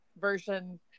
version